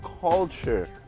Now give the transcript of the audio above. culture